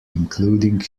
including